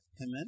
Amen